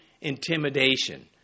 intimidation